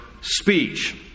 speech